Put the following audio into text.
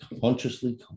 consciously